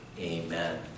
Amen